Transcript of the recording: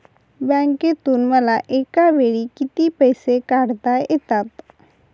बँकेतून मला एकावेळी किती पैसे काढता येतात?